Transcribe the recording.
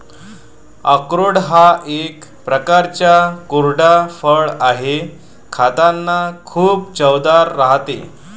अक्रोड हा एक प्रकारचा कोरडा फळ आहे, खातांना खूप चवदार राहते